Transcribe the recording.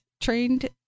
trained